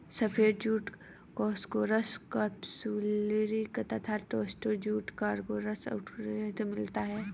सफ़ेद जूट कोर्कोरस कप्स्युलारिस से तथा टोस्सा जूट कोर्कोरस ओलिटोरियस से मिलता है